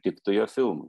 tiktų jo filmui